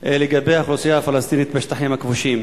לגבי האוכלוסייה הפלסטינית בשטחים הכבושים.